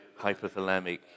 hypothalamic